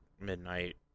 midnight